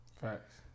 Facts